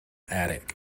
attic